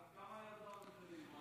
כמה, כבוד השר?